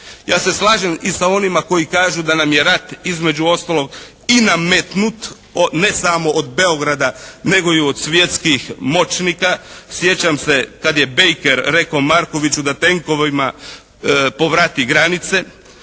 Ja se slažem i sa onima koji kažu da nam je rat između ostalog i nametnut ne samo od Beograda nego i od svjetskih moćnika. Sjećam se kad je Baker rekao Markoviću da tenkovima povrati granice,